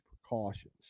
precautions